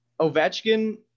Ovechkin